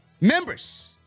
members